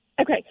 Okay